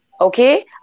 Okay